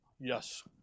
Yes